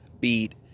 beat